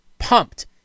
pumped